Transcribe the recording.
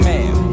Man